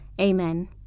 Amen